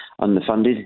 underfunded